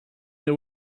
they